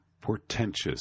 portentous